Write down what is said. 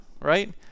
right